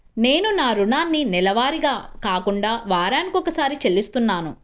నేను నా రుణాన్ని నెలవారీగా కాకుండా వారానికోసారి చెల్లిస్తున్నాను